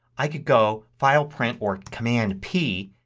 i could go file, print or command p,